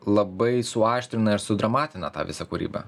labai suaštrina ir sudramatina tą visą kūrybą